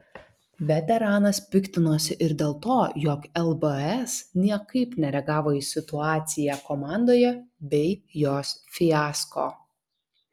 veteranas piktinosi ir dėl to jog lbs niekaip nereagavo į situaciją komandoje bei jos fiasko